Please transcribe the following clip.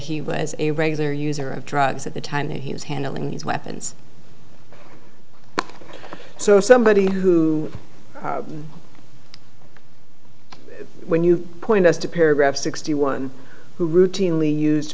he was a regular user of drugs at the time he was handling these weapons so somebody who when you point us to paragraph sixty one who routinely use